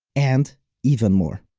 and even more.